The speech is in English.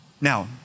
Now